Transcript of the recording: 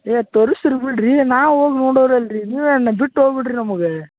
ಏ ತೋರ್ಸಿ ರೀ ಬಿಡ್ರಿ ನಾವು ಹೋಗ್ ನೋಡುವುರ ಅಲ್ರಿ ನೀವೇನು ಬಿಟ್ಟು ಹೋಗಿ ಬಿಡ್ರಿ ನಮಗೆ